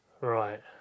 Right